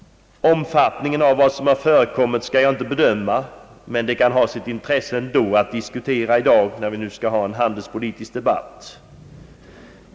Omfattningen av vad som har förekommit skall jag inte bedöma, men det kan ha sitt intresse ändå att i dag diskutera det, när vi skall ha en handelspolitisk debatt.